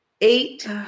Eight